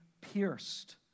pierced